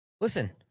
Listen